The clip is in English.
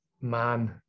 man